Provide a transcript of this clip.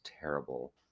terrible